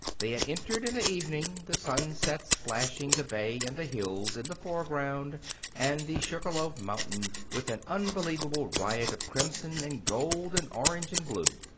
they had entered in the evening, the sunset splashing the bay and the hills in the foreground and the sugar-loaf mountain with an unbelievable riot of crimson and gold and orange and blue.